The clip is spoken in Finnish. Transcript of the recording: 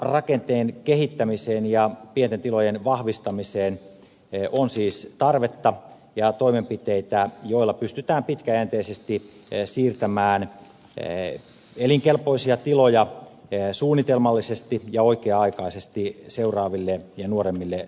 maatilarakenteen kehittämiseen ja pienten tilojen vahvistamiseen ja toimenpiteisiin joilla pystytään pitkäjänteisesti siirtämään elinkelpoisia tiloja suunnitelmallisesti ja oikea aikaisesti seuraaville ja nuoremmille sukupolville on siis tarvetta